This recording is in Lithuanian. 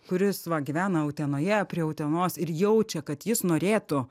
kuris va gyvena utenoje prie utenos ir jaučia kad jis norėtų